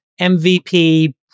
MVP